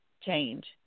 change